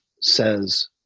says